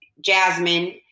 Jasmine